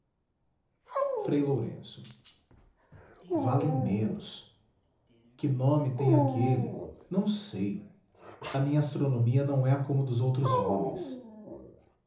frei lourenço valem menos que nome tem aquele não sei a minha astronomia não é como a dos outros homens